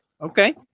okay